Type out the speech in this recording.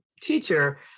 teacher